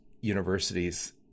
universities